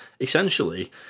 essentially